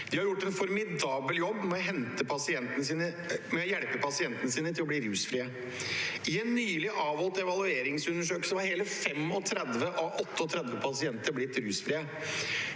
De har gjort en formidabel jobb med å hjelpe pasientene sine til å bli rusfrie. I en nylig gjennomført evalueringsundersøkelse var hele 35 av 38 pasienter blitt rusfrie.